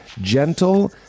gentle